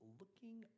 looking